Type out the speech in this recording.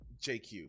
JQ